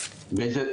הזאת?